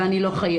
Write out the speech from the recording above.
אבל אני לא חייבת.